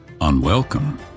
unwelcome